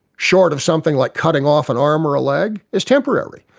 short of something like cutting off an arm or leg, is temporary.